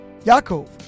Yaakov